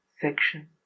Section